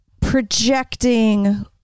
projecting